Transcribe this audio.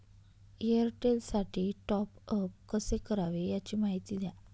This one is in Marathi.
एअरटेलसाठी टॉपअप कसे करावे? याची माहिती द्या